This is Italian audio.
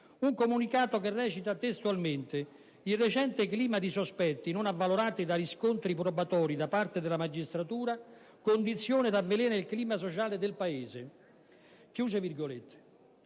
un comunicato che recita testualmente: «Il recente clima di sospetti non avvalorati da riscontri probatori da parte della magistratura condiziona e avvelena il clima sociale del Paese». Vale per il